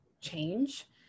change